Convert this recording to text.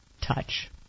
touch